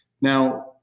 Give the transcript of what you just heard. Now